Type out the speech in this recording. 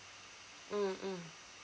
mm mm